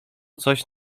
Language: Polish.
coś